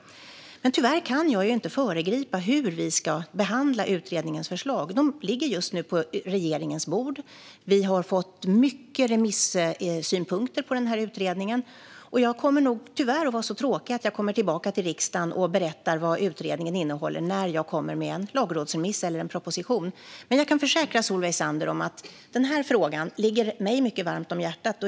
Men tyvärr kan jag inte föregripa vår behandling av utredningens förslag. De ligger just nu på regeringens bord. Vi har fått många remissynpunkter på utredningen. Jag kommer nog tyvärr att vara så tråkig att jag kommer tillbaka till riksdagen och berättar om innehållet när jag har en lagrådsremiss eller en proposition. Men jag kan försäkra Solveig Zander att denna fråga ligger mig mycket varmt om hjärtat.